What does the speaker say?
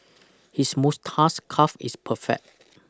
his moustache calf is perfect